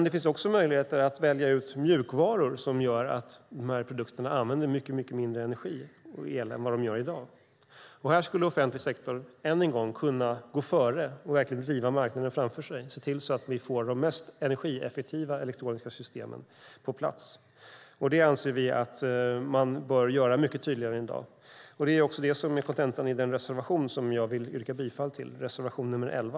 Det finns dock också möjlighet att välja ut mjukvaror som gör att dessa produkter använder mycket mindre energi och el än vad de gör i dag. Här skulle offentlig sektor än en gång kunna gå före och verkligen driva marknaden framför sig för att se till att vi får de mest energieffektiva elektroniska systemen på plats. Detta anser vi att man bör göra mycket tydligare än i dag, och det är också det som är kontentan i den reservation jag vill yrka bifall till, nämligen nr 11.